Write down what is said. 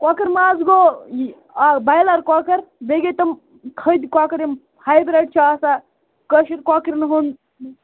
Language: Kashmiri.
کۄکَر ماز گوٚو یہِ آ بایلَر کۄکَر بیٚیہِ گٔے تِم کھٔدۍ کۄکَر یِم ہایبِرٛڈ چھِ آسان کٲشِرۍ کۄکرٮ۪ن ہُنٛد